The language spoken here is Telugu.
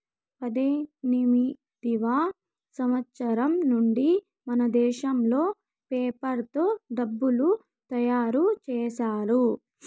పద్దెనిమిదివ సంవచ్చరం నుండి మనదేశంలో పేపర్ తో డబ్బులు తయారు చేశారు